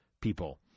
people